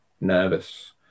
nervous